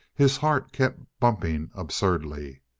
his heart kept bumping absurdly.